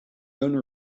owner